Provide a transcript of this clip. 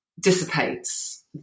dissipates